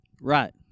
Right